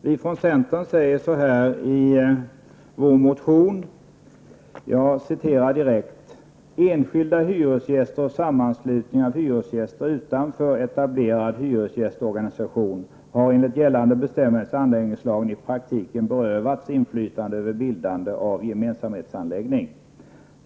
Vi från centern säger i vår motion: ''Enskilda hyresgäster och sammanslutning av hyresgäster utanför etablerad hyresgästorganisation har enligt gällande bestämmelser i anläggningslagen i praktiken berövats inflytande över bildande av gemensamhetsanläggning.